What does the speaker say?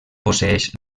posseeix